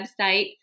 website